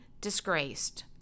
disgraced